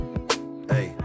Hey